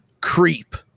Creep